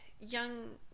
young